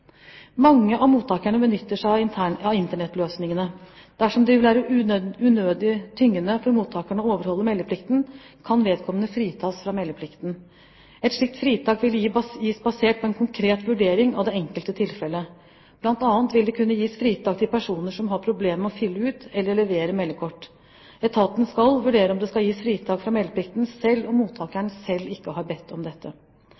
Mange av mottakerne benytter seg av Internett-løsningene. Dersom det vil være unødig tyngende for mottakeren å overholde meldeplikten, kan vedkommende fritas. Et slikt fritak vil gis basert på en konkret vurdering av det enkelte tilfellet. Blant annet vil det kunne gis fritak til personer som har problemer med å fylle ut og/eller levere meldekort. Etaten skal vurdere om det skal gis fritak fra meldeplikten, selv om